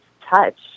touch